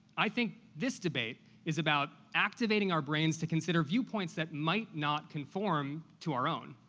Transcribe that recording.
i think this debate is about activating our brains to consider viewpoints that might not conform to our own.